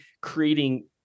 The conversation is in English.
creating